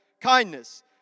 kindness